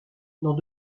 dans